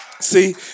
See